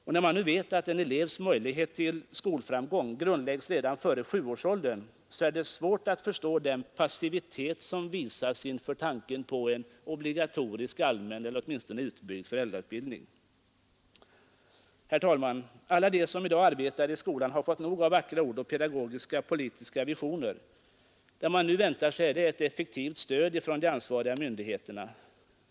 Och när man nu vet att en elevs möjlighet till skolframgång grundläggs redan före 7-årsåldern, är det svårt att förstå den passivitet som visas inför tanken på en obligatorisk, allmän eller åtminstone utbyggd föräldrautbildning. Herr talman! Alla de som i dag arbetar i skolan har fått nog av vackra ord och pedagogiska-politiska visioner. Det man nu väntar sig är ett effektivt stöd från de ansvariga myndigheterna.